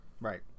Right